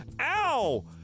Ow